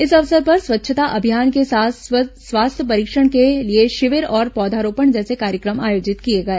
इस अवसर पर स्वच्छता अभियान के साथ स्वास्थ्य परीक्षण के लिए शिविर और पौधारोपण जैसे कार्यक्रम आयोजित किए गए